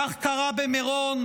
כך קרה במירון,